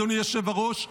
אדוני יושב-הראש,